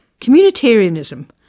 Communitarianism